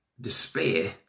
despair